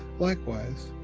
likewise,